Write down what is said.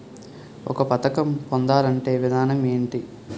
ఒక పథకం పొందాలంటే విధానం ఏంటి?